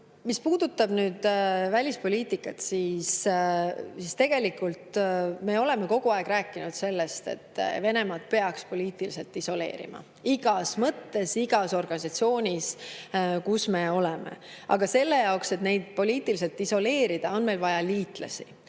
puudutab välispoliitikat, siis me oleme kogu aeg rääkinud sellest, et Venemaa tuleks poliitiliselt isoleerida igas mõttes, igas organisatsioonis, kus me oleme. Aga selle jaoks, et poliitiliselt isoleerida, on meil vaja liitlasi.